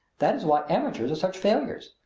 that is why amateurs are such failures.